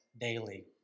daily